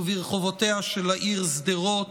וברחובותיה של העיר שדרות.